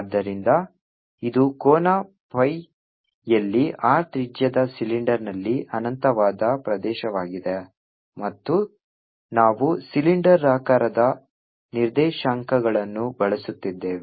ಆದ್ದರಿಂದ ಇದು ಕೋನ phi ಯಲ್ಲಿ R ತ್ರಿಜ್ಯದ ಸಿಲಿಂಡರ್ನಲ್ಲಿ ಅನಂತವಾದ ಪ್ರದೇಶವಾಗಿದೆ ಮತ್ತು ನಾವು ಸಿಲಿಂಡರಾಕಾರದ ನಿರ್ದೇಶಾಂಕಗಳನ್ನು ಬಳಸುತ್ತಿದ್ದೇವೆ